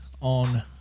on